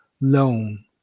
loan